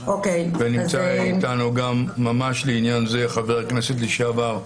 נמצא אתנו גם ממש לעניין זה, חבר הכנסת לשעבר,